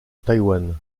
taïwan